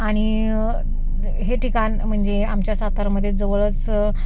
आणि हे ठिकाण म्हणजे आमच्या सातारमध्ये जवळच